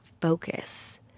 focus